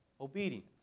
obedience